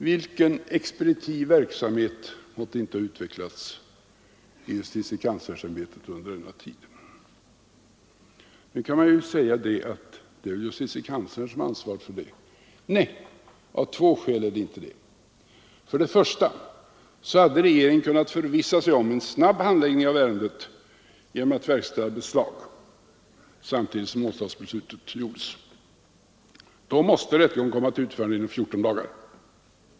Vilken expeditiv verksamhet måtte inte ha utvecklats i justitiekanslers ämbetet under denna tid! Nu kan man ju säga att det är justitiekanslern som har ansvaret. Nej, av två skäl är det inte så. För det första hade regeringen kunnat försäkra sig om en snabb handläggning av ärendet genom att verkställa beslag samtidigt som åtalsbeslutet fattades; då måste rättegång komma till utförande inom 14 dagar.